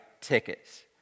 tickets